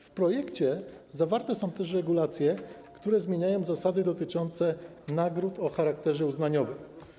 W projekcie zawarte są też regulacje, które zmieniają zasady dotyczące nagród o charakterze uznaniowym.